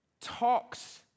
talks